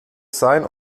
sein